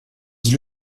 dis